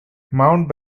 mount